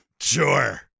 Sure